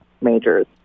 majors